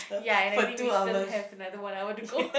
ya and I think we still have another one hour to go